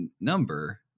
number